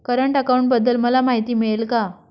Current अकाउंटबद्दल मला माहिती मिळेल का?